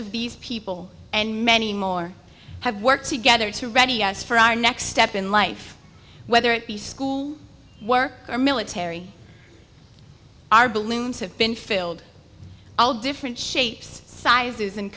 of these people and many more have worked together to ready us for our next step in life whether it be school or military our balloons have been filled all different shapes sizes and